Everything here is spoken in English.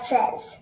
Says